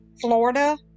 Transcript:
florida